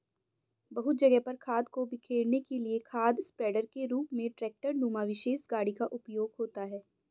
बहुत जगह पर खाद को बिखेरने के लिए खाद स्प्रेडर के रूप में ट्रेक्टर नुमा विशेष गाड़ी का उपयोग होता है